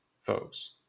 folks